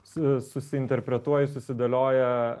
su susiinterpretuoji susidėlioja